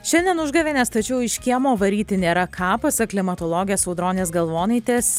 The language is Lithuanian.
šiandien užgavėnės tačiau iš kiemo varyti nėra ką pasak klimatologės audronės galvonaitės